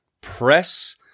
Press